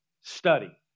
study